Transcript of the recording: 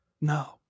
No